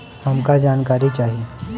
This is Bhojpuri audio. हमका जानकारी चाही?